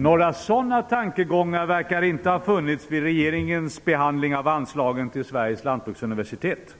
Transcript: Några sådana tankegångar verkar inte ha funnits med vid regeringens behandling av anslagen till Sveriges lantbruksuniversitet.